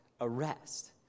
arrest